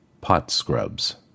pot-scrubs